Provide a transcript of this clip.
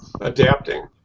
adapting